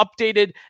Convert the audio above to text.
updated